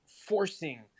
forcing